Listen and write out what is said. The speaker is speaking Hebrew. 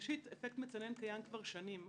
ראשית, אפקט מצנן קיים כבר שנים.